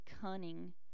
cunning